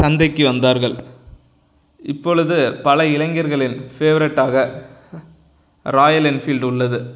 சந்தைக்கு வந்தார்கள் இப்பொழுது பல இளைஞர்களின் ஃபேவரெட்டாக ராயல் என்ஃபீல்டு உள்ளது